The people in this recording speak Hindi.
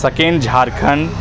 सेकंड झारखंड